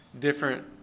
different